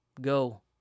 Go